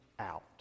out